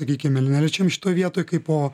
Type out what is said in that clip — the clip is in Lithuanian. sakykime neliečiam šitoje vietoj kaipo